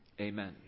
Amen